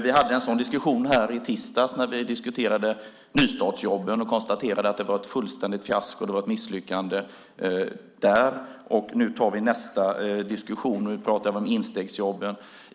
Vi hade en sådan diskussion här i tisdags när vi diskuterade nystartsjobben och konstaterade att det var ett fullständigt fiasko. Det var ett misslyckande där, och nu tar vi nästa diskussion. Nu pratar vi om instegsjobben.